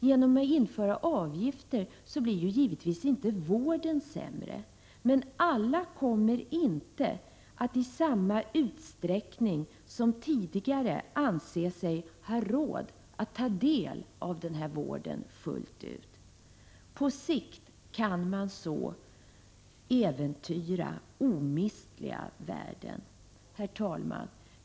Genom införande av avgifter blir givetvis inte själva vården sämre, men alla kommer inte att i samma utsträckning som tidigare anse sig ha råd att fullt ut ta del av vården. På sikt kan man på detta sätt äventyra omistliga värden. Herr talman!